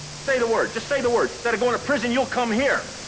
say the word. just say the word. instead of going to prison, you'll come here.